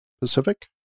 Pacific